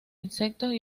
insectos